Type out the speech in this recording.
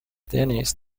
dennis